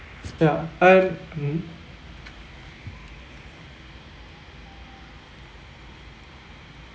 ya and mmhmm